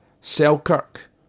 Selkirk